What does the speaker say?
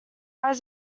lies